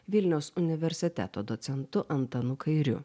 vilniaus universiteto docentu antanu kairiu